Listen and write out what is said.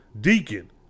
Deacon